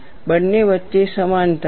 બંને વચ્ચે સમાનતા છે